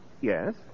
Yes